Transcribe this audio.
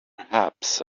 perhaps